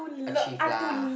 achieve lah